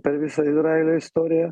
per visą izraelio istoriją